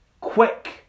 quick